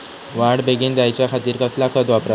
वाढ बेगीन जायच्या खातीर कसला खत वापराचा?